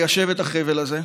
ליישב את החבל הזה.